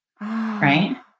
right